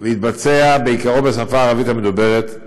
ויתבצע בעיקרו בשפה הערבית המדוברת.